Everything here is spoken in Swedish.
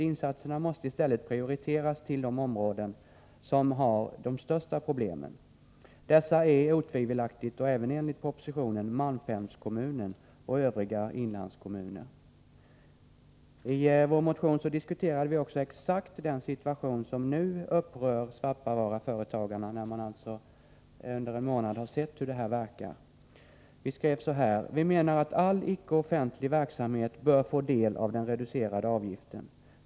Insatserna måste i stället prioriteras till de områden som har de största problemen. Dessa är otvivelaktigt, även enligt propositionen, malmfältskommunerna och övriga inlandskommuner.” I vår motion tar vi också upp exakt den situation som nu upprör Svappavaaraföretagarna, när avgiftsnedsättningen har fungerat en månad i praktiken. Så här skrev vi: ”Vi menar att all icke-offentlig verksamhet bör få del av den reducerade avgiften.